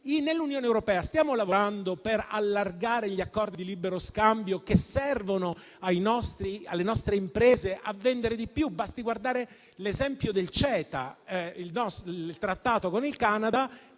Nell'Unione europea stiamo lavorando per allargare gli accordi di libero scambio, che servono alle nostre imprese a vendere di più? Basti guardare all'esempio del CETA, il trattato con il Canada,